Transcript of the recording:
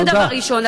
זה דבר ראשון.